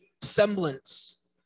semblance